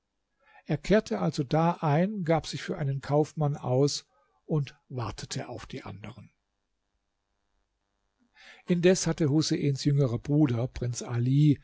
er kehrte also da ein gab sich für einen kaufmann aus und wartete auf die andern indes hatte huseins jüngerer bruder prinz ali